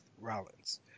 Rollins